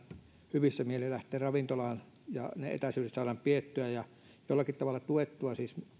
hyvillä mielin lähteä ravintolaan ja ne etäisyydet saadaan pidettyä ja että saadaan jollakin tavalla tuettua siis